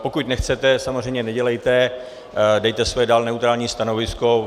Pokud nechcete, samozřejmě nedělejte, dejte svoje dál neutrální stanovisko.